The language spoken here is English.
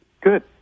Good